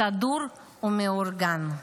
סדור ומאורגן.